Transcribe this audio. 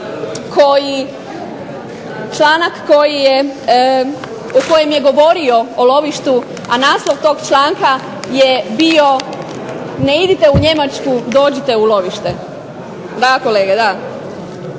kojem je govorio o lovištu, a naslov tog članka je bio nejdite u Njemačku, dođite u lovište. E da,